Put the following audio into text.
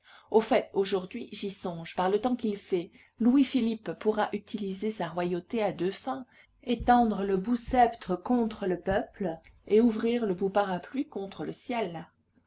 au fait aujourd'hui j'y songe par le temps qu'il fait louis-philippe pourra utiliser sa royauté à deux fins étendre le bout sceptre contre le peuple et ouvrir le bout parapluie contre le ciel